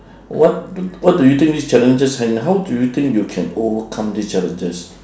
what what do you think this challenges and how do you think you can overcome this challenges